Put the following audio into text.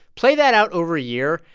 play that out over a year,